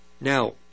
Now